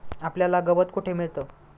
आपल्याला गवत कुठे मिळतं?